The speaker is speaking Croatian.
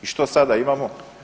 I što sada imamo?